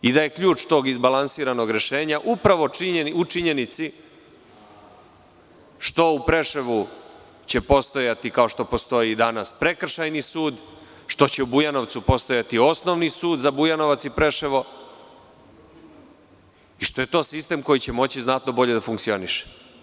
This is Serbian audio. I da je ključ tog izbalansiranog rešenja upravo u činjenici što u Preševu će postojati, kao što postoji i danas prekršajni sud, što će u Bujanovcu postojati osnovni sud za Bujanovac i Preševo i što je to sistem koji će moći znatno bolje da funkcioniše.